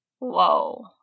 Whoa